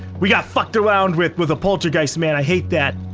we got fucked around with, with the poltergeist man. i hate that.